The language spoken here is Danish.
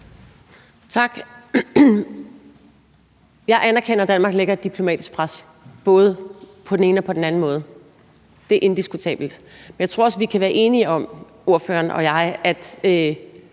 Tak. Jeg anerkender, at Danmark lægger et diplomatisk pres både på den ene og på den anden måde – det er indiskutabelt. Men jeg tror også, at ordføreren og jeg kan